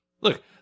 look